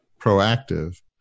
proactive